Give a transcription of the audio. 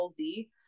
LZ